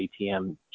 ATM